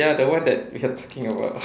ya the one that we are talking about